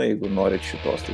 jeigu norite šitos tai